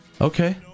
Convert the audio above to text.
Okay